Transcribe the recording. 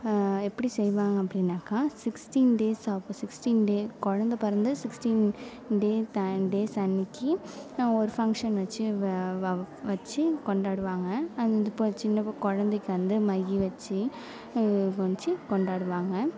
எப்படி செய்வாங்க அப்படின்னாக்க சிக்ஸ்டின் டேஸ் அப்போது சிக்ஸ்டின் டே குழந்த பிறந்து சிக்ஸ்டின் டே ஒரு ஃபங்ஷன் வச்சு வச்சு கொண்டாடுவாங்க அது இப்போ சின்ன குழந்தைக்கு வந்து மை வச்சு வச்சு கொண்டாடுவாங்க